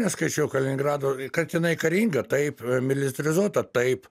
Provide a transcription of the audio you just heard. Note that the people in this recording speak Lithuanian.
neskaičiau kaliningrado kad jinai karinga taip militarizuota taip